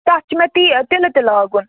تَتھ چھِ مےٚ تی تِلہٕ تہِ لاگُن